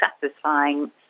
satisfying